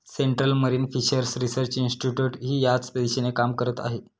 central Marine Fisheries Research इन्स्टिट्यूटही याच दिशेने काम करत आहे